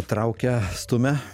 traukia stumia